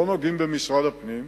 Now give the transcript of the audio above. לא נוגעים במשרד הפנים,